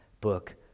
book